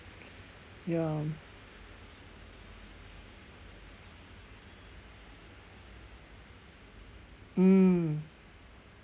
ya mm